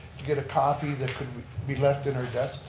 to get a copy that could be left in our desk?